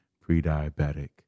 pre-diabetic